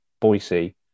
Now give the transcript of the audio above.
Boise